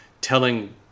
Telling